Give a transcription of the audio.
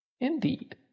Indeed